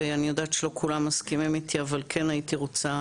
ואני יודעת שלא כולם מסכימים איתי אבל כן הייתי רוצה